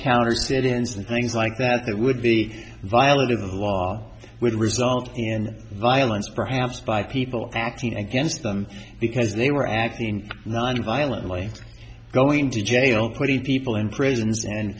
counter sit ins and things like that there would be violating the law would result in violence perhaps by people acting against them because they were acting nonviolently going to jail putting people in prisons and